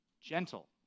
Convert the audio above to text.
gentle